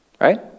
right